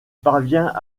parvient